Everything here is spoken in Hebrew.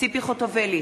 ציפי חוטובלי,